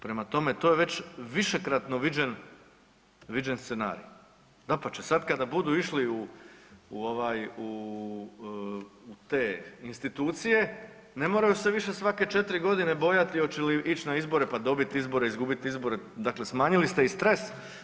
Prema tome, to je već višekratno viđen scenarij, dapače sad kada budu išli u te institucije, ne moraju se više svake četiri godine bojati hoće li ići na izbore, pa dobit izbore, izgubit izbore, dakle smanjili ste i stres.